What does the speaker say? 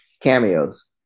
cameos